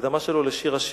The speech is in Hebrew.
בהקדמה שלו לשיר השירים.